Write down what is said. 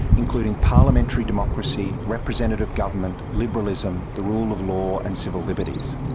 including parliamentary democracy, representative government, liberalism, the rule of law and civil liberties.